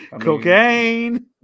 Cocaine